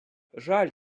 жаль